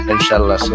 Inshallah